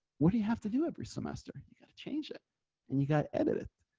what do you have to do every semester. you got to change it and you got edited.